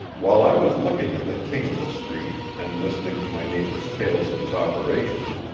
while i was looking at the king of the street and listening to my neighbor's tales of his operations,